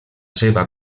seva